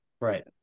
right